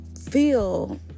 Feel